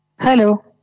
Hello